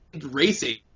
racing